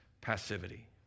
passivity